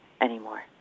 anymore